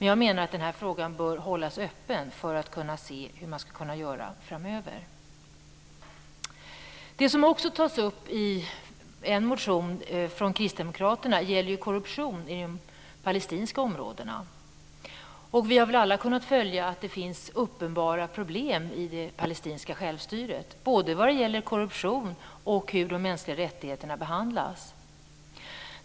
Jag menar att frågan bör hållas öppen för att vi skall kunna se vad man kan göra framöver. I en motion från kristdemokraterna tar man också upp korruptionen i de palestinska områdena. Vi har väl alla kunnat följa de uppenbara problem som finns i det palestinska självstyret vad gäller både korruption och frågan om hur de mänskliga rättigheterna behandlas.